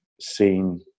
seen